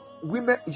Women